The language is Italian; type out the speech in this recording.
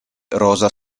rosa